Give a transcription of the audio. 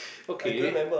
okay